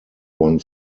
one